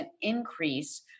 increase